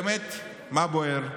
באמת, מה בוער?